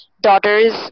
daughters